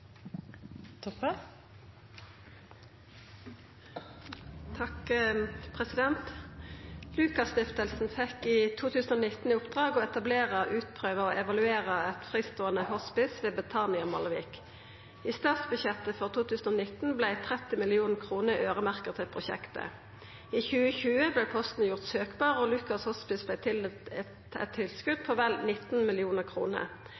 Stiftelsen fikk i 2019 i oppdrag å etablere, utprøve og evaluere et frittstående hospice ved Betania Malvik. I statsbudsjettet for 2019 ble 30 mill. kr øremerket til prosjektet. I 2020 ble posten gjort søkbar og